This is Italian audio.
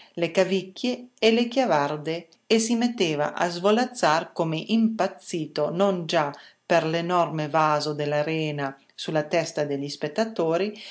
le cavicchie e le chiavarde e si metteva a svolazzar come impazzito non già per l'enorme vaso dell'arena sulla testa degli spettatori